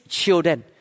children